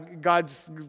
God's